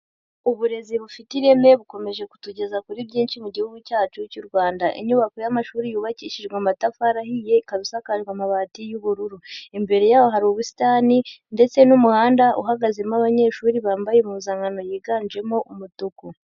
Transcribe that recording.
Uburezi bufite ireme bukomeje kutugeza kuri byinshi mu gihugu cyacu cy'u Rwanda, inyubako y'amashuri yubakishijwe mu amatafari ahiye, ikaba isakaje amabati y'ubururu, imbere yaho hari ubusitani ndetse n'umuhanda uhagazemo abanyeshuri bambaye impuzankano yiganjemo umutuku.